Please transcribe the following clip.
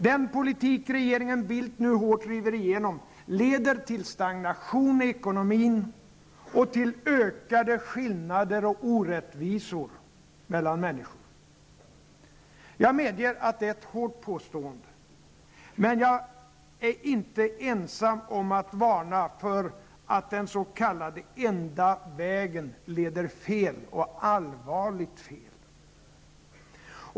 Den politik regeringen Bildt nu hårt driver igenom leder till stagnation i ekonomin och till ökade skillnader och orättvisor mellan människor. Jag medger att det är ett hårt påstående. Men jag är inte ensam om att varna för att den s.k. enda vägen leder fel och allvarligt fel.